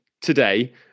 today